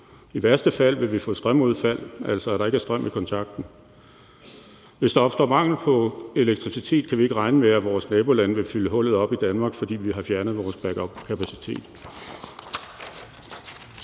i værste fald vil vi få strømudfald, altså at der ikke er strøm i kontakten. Hvis der opstår mangel på elektricitet, kan vi ikke regne med, at vores nabolande vil fylde hullet op i Danmark, fordi vi har fjernet vores backupkapacitet.